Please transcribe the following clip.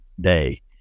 day